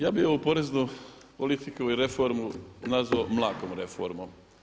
Ja bih ovu poreznu politiku i reformu nazvao mlakom reformom.